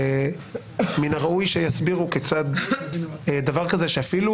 מן הראוי שיסבירו כיצד דבר כזה, שאפילו